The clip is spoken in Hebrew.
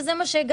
וזה מה שהגשנו.